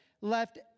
left